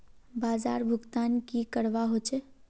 बाजार भुगतान की करवा होचे?